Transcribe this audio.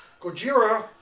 Gojira